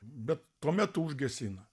bet tuo metu užgesina